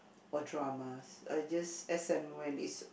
or dramas I just as and when it's